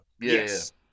Yes